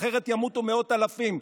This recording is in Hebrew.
אחרת ימותו מאות אלפים,